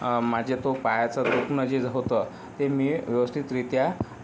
माझ्या तो पायाचं दुखणं जे होतं ते मी व्यवस्थित रीत्या